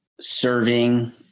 serving